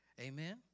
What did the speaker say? Amen